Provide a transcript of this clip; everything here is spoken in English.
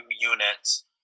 units